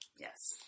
Yes